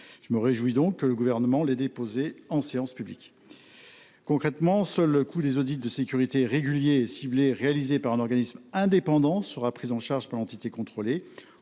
Je me réjouis donc que le Gouvernement ait choisi de déposer cet amendement en séance publique. Concrètement, seul le coût des audits de sécurité réguliers et ciblés réalisés par un organisme indépendant serait pris en charge par l’entité contrôlée,